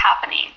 happening